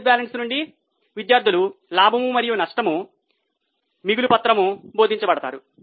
trial balance నుండి విద్యార్థులు లాభం మరియు నష్టము మిగులు పత్రము బోధించ పడతారు